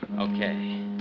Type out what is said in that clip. Okay